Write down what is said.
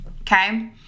okay